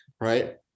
right